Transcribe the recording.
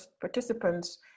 participants